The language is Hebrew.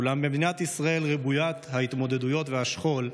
אולם במדינת ישראל רוויית ההתמודדויות והשכול,